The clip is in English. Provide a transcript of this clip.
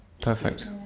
Perfect